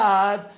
God